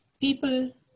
People